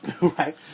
Right